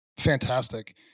Fantastic